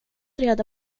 reda